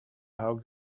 how